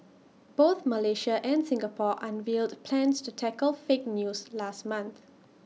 both Malaysia and Singapore unveiled plans to tackle fake news last month